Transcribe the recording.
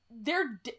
They're-